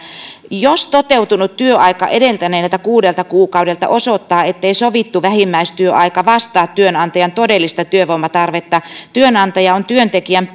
jos toteutunut työaika edeltävältä kuudelta kuukaudelta osoittaa ettei sovittu vähimmäistyöaika vastaa työnantajan todellista työvoimatarvetta työnantajan on työntekijän